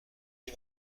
les